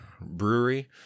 Brewery